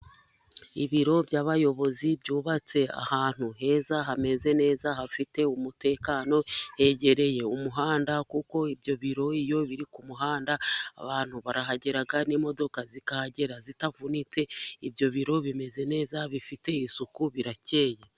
Ibiro by'abayobozi byubatse ahantu heza hameze neza hafite umutekano, hegereye umuhanda kuko ibyo biro iyo biri ku muhanda abantu barahagera n'imodoka zikahagera zitavunitse ibyo biro bimeze neza bifite isuku birakeye.